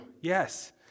Yes